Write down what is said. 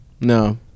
No